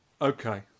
Okay